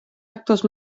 actos